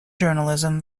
journalism